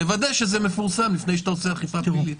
תוודא שזה מפורסם לפני שאתה עושה אכיפה פלילית.